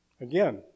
again